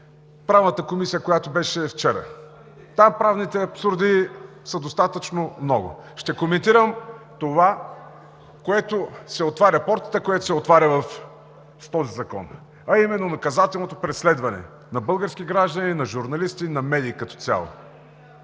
Правната комисия, която беше вчера. Там правните абсурди са достатъчно много. Ще коментирам това, за което се отваря портата, което се отваря с този закон, а именно наказателното преследване на български граждани, на журналисти, на медии като цяло.